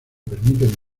permiten